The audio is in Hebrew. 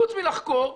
חוץ מלחקור,